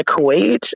kuwait